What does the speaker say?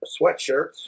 sweatshirts